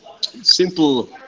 simple